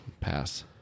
Pass